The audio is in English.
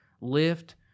lift